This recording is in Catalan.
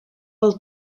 pel